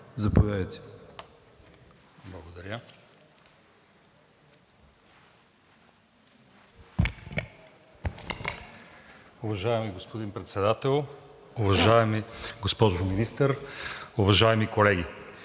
(ГЕРБ-СДС): Благодаря. Уважаеми господин Председател, уважаема госпожо Министър, уважаеми колеги!